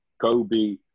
Kobe